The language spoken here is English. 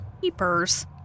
Keepers